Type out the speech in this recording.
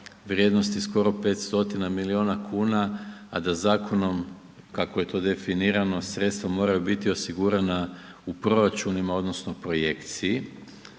vrijednosti skoro 500 miliona kuna, a da zakonom kako je to definirano sredstva moraju biti osigurana u proračunima odnosno projekciji,